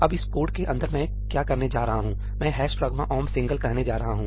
अब इस कोड के अंदर मैं क्या करने जा रहा हूं मैं ' pragma omp single' कहने जा रहा हूं